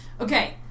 Okay